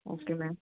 okay ma'am